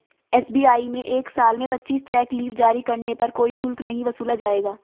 SBI में एक साल में पच्चीस चेक लीव जारी करने पर कोई शुल्क नहीं वसूला जाएगा